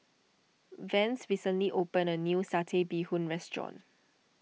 Vance recently opened a new Satay Bee Hoon restaurant